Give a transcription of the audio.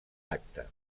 acte